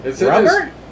Rubber